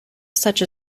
such